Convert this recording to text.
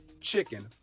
chicken